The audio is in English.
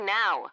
now